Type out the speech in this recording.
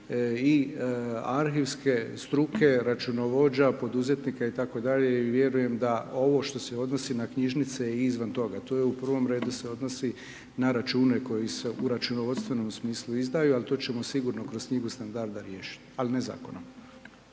i arhivske struke, računovođa, poduzetnika itd. i vjerujem da ovo što se odnosi na knjižnice je izvan toga. To je u prvom redu se odnosi na račune koji se u računovodstvenom smislu izdaju, ali to ćemo sigurno kroz knjigu standarda riješiti, al ne Zakonom.